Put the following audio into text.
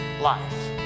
life